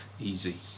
easy